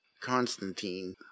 Constantine